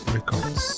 Records